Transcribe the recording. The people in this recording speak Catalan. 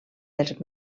dels